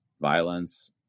violence